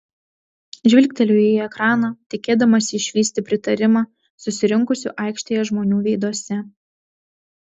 žvilgteliu į ekraną tikėdamasi išvysti pritarimą susirinkusių aikštėje žmonių veiduose